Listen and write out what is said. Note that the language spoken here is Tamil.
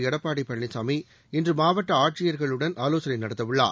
எடப்பாடி பழனிசாமி இன்று மாவட்ட ஆட்சியா்களுடன் ஆலோசனை நடத்த உள்ளார்